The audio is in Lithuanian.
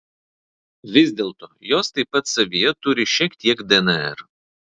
vis dėlto jos taip pat savyje turi šiek tiek dnr